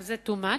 גם זה too much,